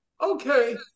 Okay